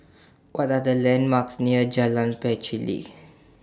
What Are The landmarks near Jalan Pacheli